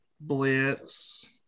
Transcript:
Blitz